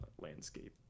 landscape